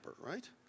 right